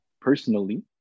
personally